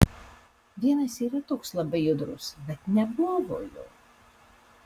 vienas yra toks labai judrus bet nebuvo jo